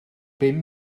bum